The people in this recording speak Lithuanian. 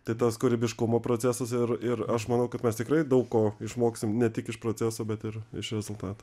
tai tas kūrybiškumo procesas ir ir aš manau kad mes tikrai daug ko išmoksim ne tik iš proceso bet ir iš rezultatų